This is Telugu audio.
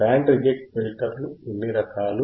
బ్యాండ్ రిజెక్ట్ ఫిల్టర్లు ఎన్ని రకాలు